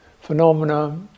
Phenomena